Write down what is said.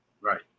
Right